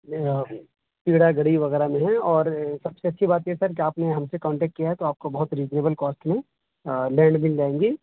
پیڑا گڑھی وغیرہ میں ہیں اور سب سے اچھی بات یہ ہے سر کہ آپ نے ہم سے کانٹیکٹ کیا ہے تو آپ کو بہت ریزنیبل کاسٹ میں لینڈ مل جائیں گی